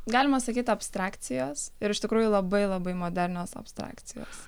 galima sakyt abstrakcijos ir iš tikrųjų labai labai modernios abstrakcijos